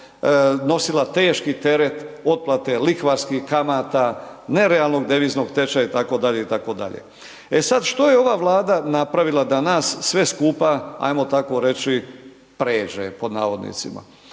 nosila teški teret otplate lihvarskih kamata, nerealnog deviznog tečaja itd., itd. E sad, što je ova Vlada napravila da nas sve skupa ajmo tako reći, pređe pod navodnicima?